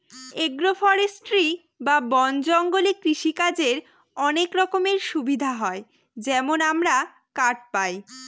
agro forestry বা বন জঙ্গলে কৃষিকাজের অনেক রকমের সুবিধা হয় যেমন আমরা কাঠ পায়